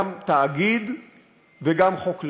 גם תאגיד וגם חוק לאום.